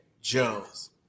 Jones